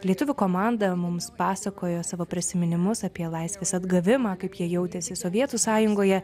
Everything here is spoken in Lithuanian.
lietuvių komanda mums pasakojo savo prisiminimus apie laisvės atgavimą kaip jie jautėsi sovietų sąjungoje